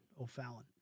O'Fallon